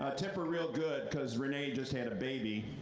ah tip her real good, because renee just had a baby